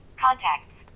Contacts